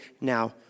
now